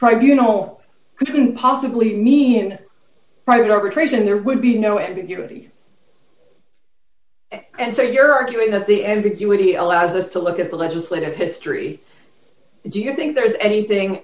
tribunals couldn't possibly me in private arbitration there would be no ambiguity and so you're arguing that the ambiguity allows us to look at the legislative history do you think there is anything